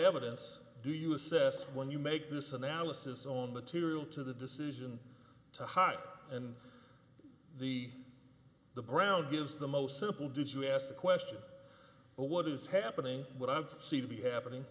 evidence do you assess when you make this analysis on material to the decision to hide and the the brown gives the most simple did you ask the question what is happening what i've see to be happening